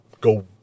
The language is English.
go